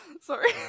Sorry